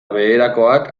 beherakoak